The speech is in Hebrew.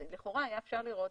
לכאורה היה אפשר לראות,